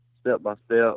step-by-step